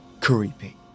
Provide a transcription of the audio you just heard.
creepy